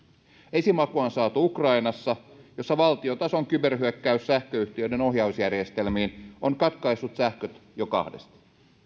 esimakua on saatu ukrainassa jossa valtiotason kyberhyökkäys sähköyhtiöiden ohjausjärjestelmiin on katkaissut sähköt jo kahdesti